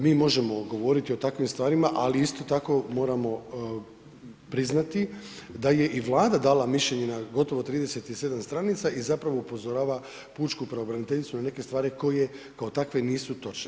Mi možemo govoriti o takvim stvarima, ali isto tako moramo priznati da je i Vlada dala mišljenje na gotovo 37 stranica i zapravo upozorava pučku pravobraniteljicu na neke stvari koje kao takve nisu točne.